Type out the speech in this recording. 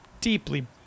deeply